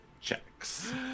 checks